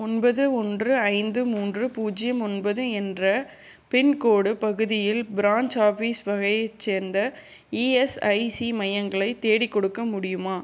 ஒன்பது ஒன்று ஐந்து மூன்று பூஜ்ஜியம் ஒன்பது என்ற பின்கோடு பகுதியில் ப்ரான்ச் ஆஃபீஸ் வகையைச் சேர்ந்த இஎஸ்ஐசி மையங்களை தேடிக்கொடுக்க முடியுமா